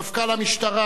מפכ"ל המשטרה,